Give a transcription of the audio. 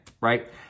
Right